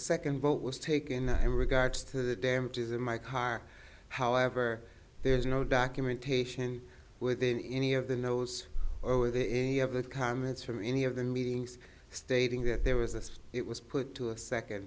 second vote was taken i regard to the damages in my car however there's no documentation within any of the nose or the any of the comments from any of the meetings stating that there was a it was put to a second